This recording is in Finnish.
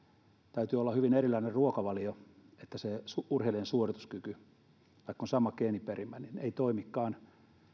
täytyy olla hyvin erilainen ruokavalio se urheilijan suorituskyky vaikka on sama geeniperimä ei toimikaan samalla tavalla